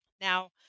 Now